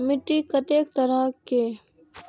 मिट्टी कतेक तरह के?